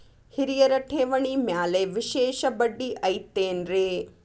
ಹಿರಿಯರ ಠೇವಣಿ ಮ್ಯಾಲೆ ವಿಶೇಷ ಬಡ್ಡಿ ಐತೇನ್ರಿ?